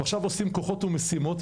ועכשיו עושים כוחות ומשימות,